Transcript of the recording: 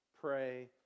pray